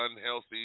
Unhealthy